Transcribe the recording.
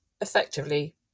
effectively